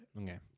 Okay